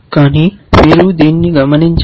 కానీ మీరు దీనిని గమనించాలి